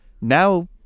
now